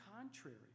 contrary